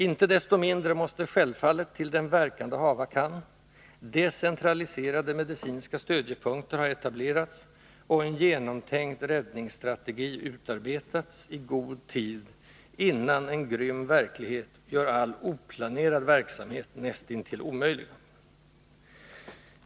Icke desto mindre måste självfallet — till den verkan det hava kan — decentraliserade medicinska stödjepunkter ha etablerats och en genomtänkt räddningsstrategi utarbetats i god tid innan en grym verklighet gör all oplanerad verksamhet näst intill omöjlig.